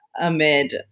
amid